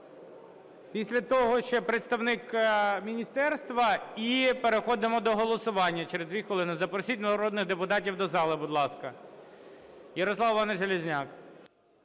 Після того ще представник міністерства і переходимо до голосування через 2 хвилини. Запросіть народних депутатів до залу, будь ласка. Ярослав Іванович Железняк.